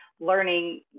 learning